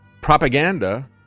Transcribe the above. propaganda